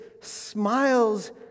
smiles